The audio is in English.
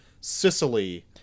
Sicily